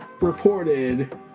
reported